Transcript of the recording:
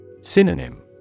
synonym